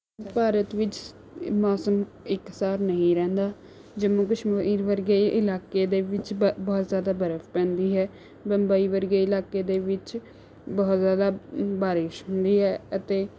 ਭਾਰਤ ਵਿੱਚ ਮੌਸਮ ਇਕਸਾਰ ਨਹੀਂ ਰਹਿੰਦਾ ਜੰਮੂ ਕਸ਼ਮੀਰ ਵਰਗੇ ਇਲਾਕੇ ਦੇ ਵਿੱਚ ਬ ਬਹੁਤ ਜ਼ਿਆਦਾ ਬਰਫ਼ ਪੈਂਦੀ ਹੈ ਬੰਬਈ ਵਰਗੇ ਇਲਾਕੇ ਦੇ ਵਿੱਚ ਬਹੁਤ ਜ਼ਿਆਦਾ ਬਾਰਿਸ਼ ਹੁੰਦੀ ਹੈ ਅਤੇ